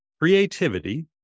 Creativity